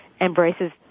embraces